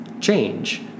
change